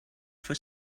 for